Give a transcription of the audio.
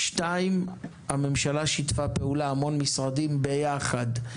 שתיים, הממשלה שיתפה פעולה, הרבה משרדים ביחד.